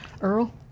Earl